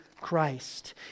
Christ